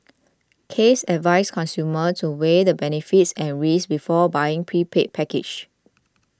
case advised consumers to weigh the benefits and risks before buying prepaid packages